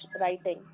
writing